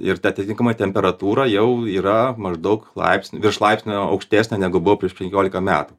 ir ta atitinkama temperatūra jau yra maždaug laipsniu virš laipsnio aukštesnė negu buvo prieš penkiolika metų